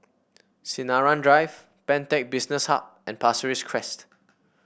Sinaran Drive Pantech Business Hub and Pasir Ris Crest